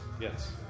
Yes